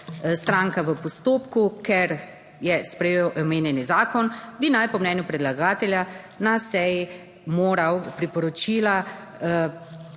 stranka v postopku, ker je sprejel omenjeni zakon, bi naj po mnenju predlagatelja na seji moral priporočila,